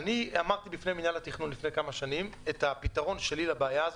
אני אמרתי בפני מינהל התכנון לפני כמה שנים את הפתרון שלי לבעיה הזאת.